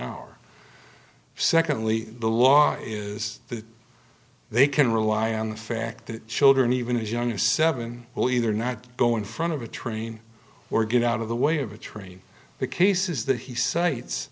hour secondly the law is that they can rely on the fact that children even as young as seven will either not go in front of a train or get out of the way of a train the cases that he cites